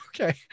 okay